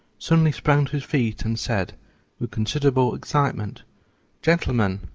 suddenly sprang to his feet and said with considerable excitement gentlemen,